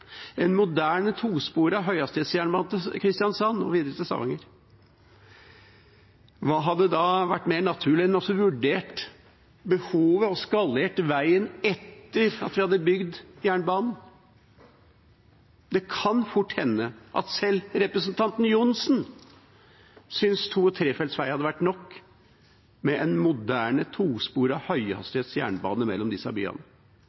en moderne tosporet høyhastighetsjernbane til Kristiansand og videre til Stavanger. Hva hadde da vært mer naturlig enn å vurdere behovet og skalere veien etter at vi hadde bygd jernbanen? Det kan fort hende at selv representanten Tor André Johnsen hadde syntes to-/trefeltsvei hadde vært nok med en moderne tosporet høyhastighetsjernbane mellom disse byene.